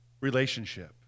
relationship